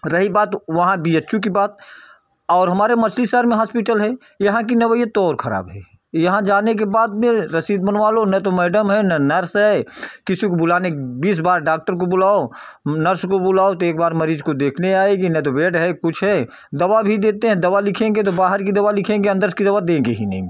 रही बात वहाँ बी एच यू की बात और हमारे मसीह शहर में हॉस्पिटल है यहाँ की नवैयत तो और खराब है यहाँ जाने के बाद में रसीद बनवा लो न तो मैडम है न नर्स है किसी को बुलाने बीस बार डॉक्टर को बुलाओ नर्स को बुलाओ तो एक बार मरीज़ को देखने आएगी ना तो बेड है न कुछ है दवा भी देते हैं दवा लिखेंगे तो बाहर की दवा लिखेंगे अंदर की दवा देंगे ही नहीं